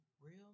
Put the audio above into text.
real